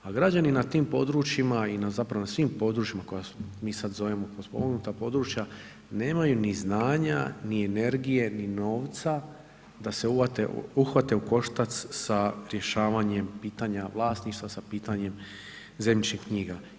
A gađani na tim područjima i na zapravo na svim područjima koja mi sad zovemo potpomognuta područja nemaju ni znanja ni energije ni novca da se uhvate u koštac sa rješavanjem pitanja vlasništva sa pitanjem zemljišnih knjiga.